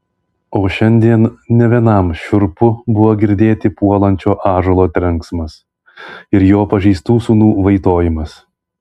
o šiandien ne vienam šiurpu buvo girdėti puolančio ąžuolo trenksmas ir jo pažeistų sūnų vaitojimas